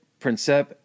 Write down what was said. Princep